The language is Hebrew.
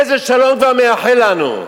איזה שלום כבר מייחל לנו?